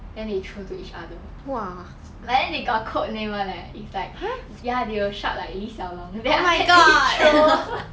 then they throw to each other but then they got code name [one] eh it's like ya they will shout like 李小龙 then after that then they throw